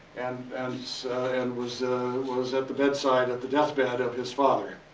and as and was was at the bedside at the deathbed of his father,